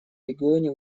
регионе